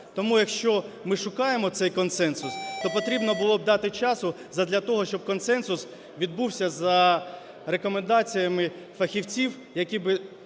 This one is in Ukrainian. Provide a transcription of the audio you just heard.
Тому, якщо ми шукаємо цей консенсус, то потрібно було б дати часу задля того, щоб консенсус відбувся за рекомендаціями фахівців, які би